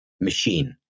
machine